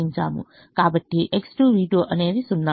కాబట్టి X2V2అనేది 0